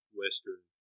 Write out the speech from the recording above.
western